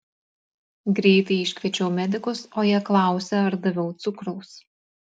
greitai iškviečiau medikus o jie klausia ar daviau cukraus